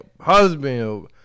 husband